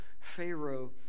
Pharaoh